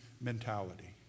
mentality